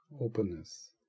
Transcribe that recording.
openness